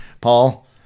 paul